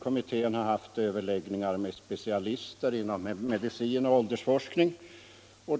Kommittén har haft överläggningar med specialister inom medicin och åldersforskning.